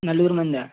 నలుగురు మంది